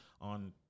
on